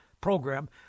program